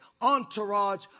entourage